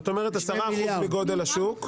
זאת אומרת 10% מגודל השוק,